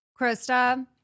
Krista